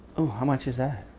ooh, how much is that?